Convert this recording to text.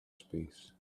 space